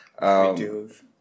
videos